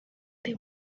they